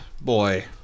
boy